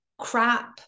crap